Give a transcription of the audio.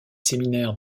séminaire